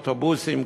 אוטובוסים,